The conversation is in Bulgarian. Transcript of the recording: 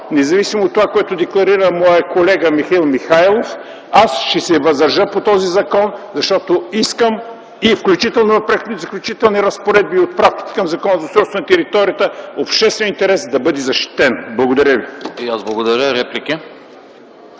независимо от това, което декларира моят колега Михаил Михайлов, аз ще се въздържа по този законопроект, защото искам, включително в Преходните и заключителните разпоредби и отпратките към Закона за устройство на територията, общественият интерес да бъде защитен. Благодаря ви.